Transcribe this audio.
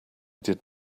did